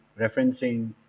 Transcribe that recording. referencing